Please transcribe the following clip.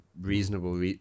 reasonable